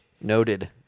noted